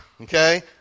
okay